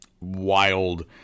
wild